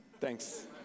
Thanks